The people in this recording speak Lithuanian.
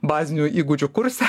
bazinių įgūdžių kurse